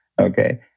okay